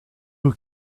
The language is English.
who